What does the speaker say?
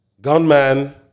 gunman